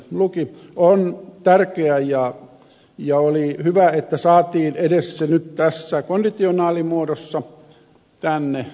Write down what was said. uusipaavalniemi luki on tärkeä ja oli hyvä että saatiin edes se nyt tässä konditionaalimuodossa tänne